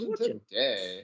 today